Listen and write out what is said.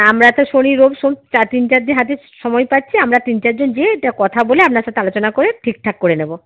আমরা তো শনি রবি সোম চা তিন চার দিন হাতে সময় পাচ্ছি আমরা তিন চার জন যেয়ে এইটা কথা বলে আপনার সাতে আলোচনা করে ঠিক ঠাক করে নেবো